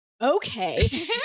okay